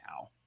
now